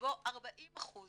שבוא 40%